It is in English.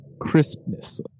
crispness